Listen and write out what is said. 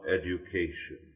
education